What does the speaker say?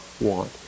want